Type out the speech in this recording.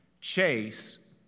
chase